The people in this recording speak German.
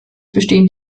bestehen